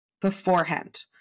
beforehand